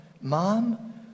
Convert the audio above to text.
mom